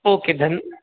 okay Dhan